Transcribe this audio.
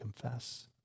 confess